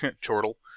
Chortle